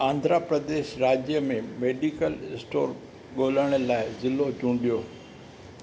आंध्रप्रदेश राज्य में medical store ॻोल्हण लाइ ज़िलो चूंडियो